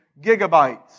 gigabytes